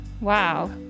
Wow